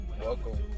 Welcome